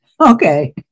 Okay